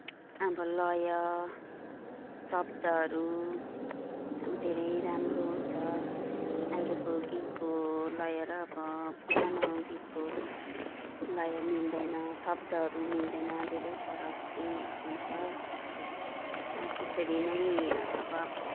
अब लय शब्दहरू अब धेरै राम्रो हुन्छ अहिलेको गीतको लय र अब पुरानो गीतको लय मिल्दैन शब्दहरू मिल्दैन धेरै फरक हुन्छ त्यसरी नै अब